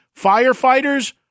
firefighters